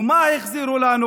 ומה החזירו לנו?